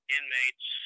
Inmates